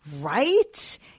Right